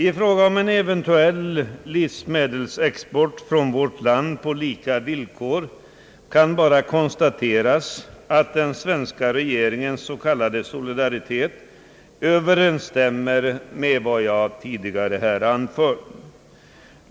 I fråga om en eventuell livsmedelsexport från vårt land på lika villkor kan bara konstateras, att den svenska regeringens s.k. solidaritet överensstämmer med vad jag tidigare här anfört.